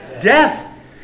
death